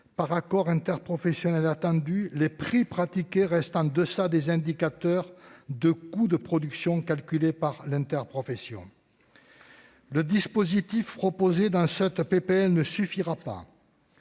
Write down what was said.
par accord interprofessionnel étendu, les prix pratiqués restent en deçà des indicateurs de coûts de production calculés par l'interprofession. Le dispositif proposé dans cette proposition de